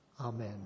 Amen